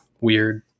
weird